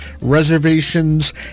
reservations